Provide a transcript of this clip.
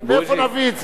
מאיפה נביא את זה?